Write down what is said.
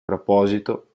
proposito